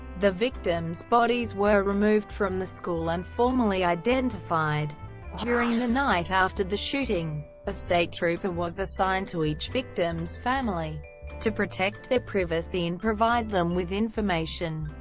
the victims' bodies were removed from the school and formally identified during the night after the shooting. a state trooper was assigned to each victim's family to protect their privacy and provide them with information.